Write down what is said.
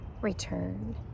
return